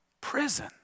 prison